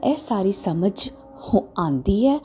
ਇਹ ਸਾਰੀ ਸਮਝ ਹੌ ਆਉਂਦੀ ਹੈ